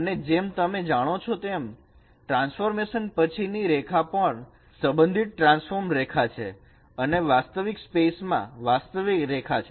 અને જેમ તમે જાણો છો તેમ ટ્રાન્સફોર્મેશન પછીની રેખા પણ સંબંધિત ટ્રાન્સફોર્મ રેખા છે અને વાસ્તવિક સ્પેસ માં વાસ્તવિક રેખા છે